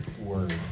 word